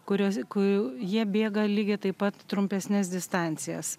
kurios ku jie bėga lygiai taip pat trumpesnes distancijas